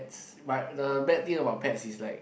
but the bad thing about pets is like